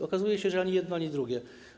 Okazuje się, że ani jedno, ani drugie.